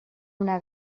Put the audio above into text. una